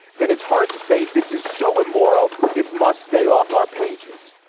then it's hard to say this is so immoral, it must stay off our pages.